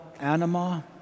Anima